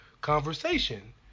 conversation